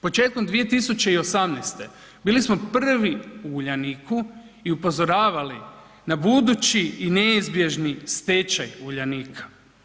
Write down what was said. Početkom 2018. bili smo prvi u Uljaniku i upozoravali na budući i neizbježni stečaj Uljanika.